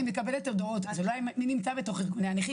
אני מקבל הודעות מי נמצא בארגוני הנכים,